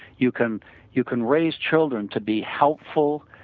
you can you can raise children to be helpful,